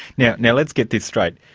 now now let's get this straight.